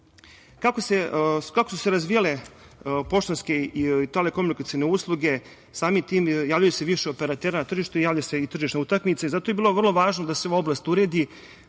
su se razvijale poštanske i telekomunikacione usluge samim tim javlja se više operatera na tržištu i javlja se tržišna utakmica. Zato je bilo veoma važno da se ova oblast uredi